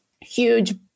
huge